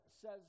says